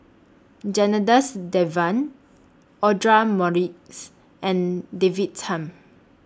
Janadas Devan Audra Morrice and David Tham